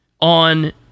on